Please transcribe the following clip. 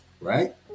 Right